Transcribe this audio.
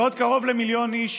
בעוד קרוב למיליון איש